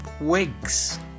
wigs